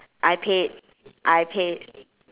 I paid I paid